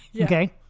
Okay